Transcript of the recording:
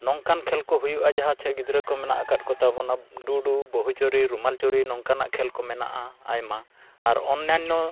ᱱᱚᱝᱠᱟᱱ ᱠᱷᱮᱞ ᱠᱚ ᱦᱩᱭᱩᱜᱼᱟ ᱡᱟᱦᱟᱸ ᱪᱮ ᱜᱤᱫᱽᱨᱟᱹ ᱠᱚ ᱢᱮᱱᱟᱜ ᱟᱠᱟᱫ ᱠᱚᱛᱟ ᱵᱚᱱᱟ ᱚᱱᱟ ᱰᱩᱰᱩ ᱵᱟᱹᱦᱩ ᱪᱩᱨᱤ ᱨᱩᱢᱟᱞ ᱪᱩᱨᱤ ᱱᱚᱝᱠᱟᱱᱟᱜ ᱠᱷᱮᱞ ᱠᱚ ᱢᱮᱱᱟᱜᱼᱟ ᱟᱭᱢᱟ ᱟᱨ ᱚᱱᱱᱟᱱᱱᱚ